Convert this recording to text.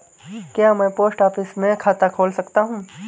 क्या मैं post office में खाता खोल सकता हूँ?